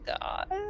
God